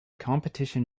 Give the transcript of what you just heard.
competition